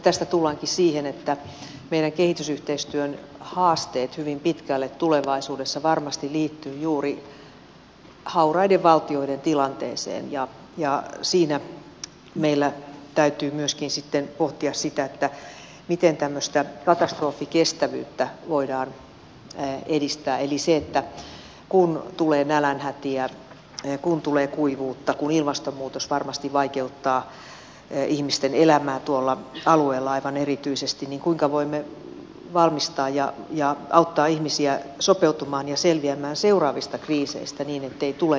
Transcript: tästä tullaankin siihen että meidän kehitysyhteistyön haasteet hyvin pitkälle tulevaisuudessa varmasti liittyvät juuri hauraiden valtioiden tilanteeseen ja siinä meillä täytyy myöskin sitten pohtia sitä miten tämmöistä katastrofikestävyyttä voidaan edistää eli kun tulee nälänhätiä kun tulee kuivuutta kun ilmastonmuutos varmasti vaikeuttaa ihmisten elämää tuolla alueella aivan erityisesti niin kuinka voimme valmistaa ja auttaa ihmisiä sopeutumaan ja selviämään seuraavista kriiseistä niin ettei tule nälänhätää